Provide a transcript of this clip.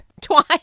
twice